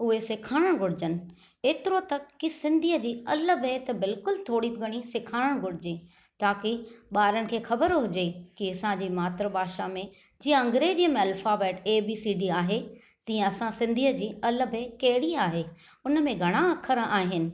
उहे सेखारणु घुर्जे एतिरो त कि सिंधीअ जी अलिफ ॿे त बिल्कुलु थोरी घणी सेखारणु घुर्जे ताकी ॿारनि खे ख़बर हुजे की असांजी मात्र भाषा में जीअं अंग्रेजी में alphabet A B C D आहे तीअं असां सिंधीअ जी अलिफ ॿे कहिड़ी आहे हुनमें घणा अख़र आहिनि